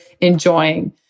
enjoying